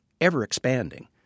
ever-expanding